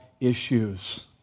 issues